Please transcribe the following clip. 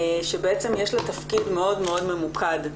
שבעצם יש לה תפקיד מאוד מאוד ממוקד.